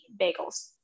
bagels